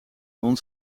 kon